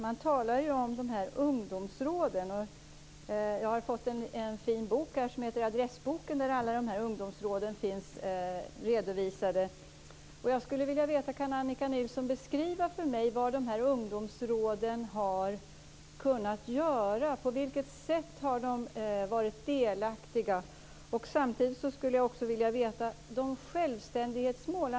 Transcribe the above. Man talar ju om ungdomsråden, och jag har fått en fin bok som heter Adressboken, där alla de här ungdomsråden finns redovisade. Kan Annika Nilsson beskriva för mig vad de här ungdomsråden har kunnat göra? På vilket sätt har de varit delaktiga? Samtidigt skulle jag vilja veta något om självständighetsmålen.